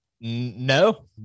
No